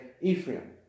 Ephraim